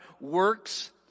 works